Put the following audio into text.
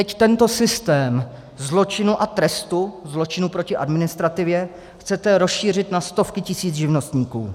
Teď tento systém zločinu a trestu, zločinu proti administrativě, chcete rozšířit na stovky tisíc živnostníků.